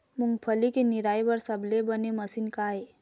मूंगफली के निराई बर सबले बने मशीन का ये?